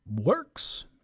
works